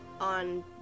On